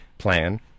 plan